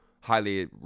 Highly